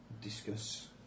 discuss